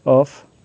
of